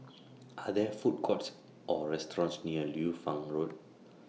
Are There Food Courts Or restaurants near Liu Fang Road